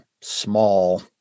small